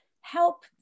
help